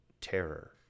terror